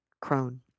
crone